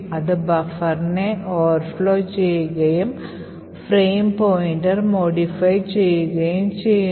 അത് ബഫറിനെ overflow ചെയ്യുകയും ഫ്രെയിം പോയിന്റർ modify ചെയ്യുകയും ചെയ്യുന്നു